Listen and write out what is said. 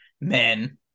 men